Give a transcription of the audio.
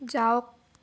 যাওক